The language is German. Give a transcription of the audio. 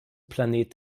planet